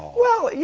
well, you